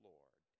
Lord